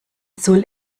soll